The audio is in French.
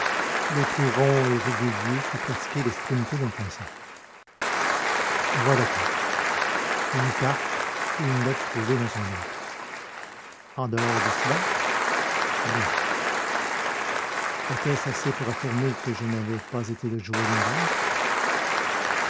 le trou rond et régulier qu'eût pratiqué l'extrémité d'un poinçon voilà tout une carte et une lettre trouvée dans un livre en dehors de cela rien était-ce assez pour affirmer que je n'avais pas été le jouet d'un rêve